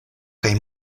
kaj